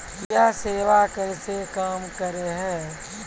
यह सेवा कैसे काम करै है?